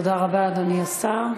תודה רבה, אדוני השר.